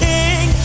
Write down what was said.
King